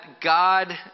God